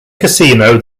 casino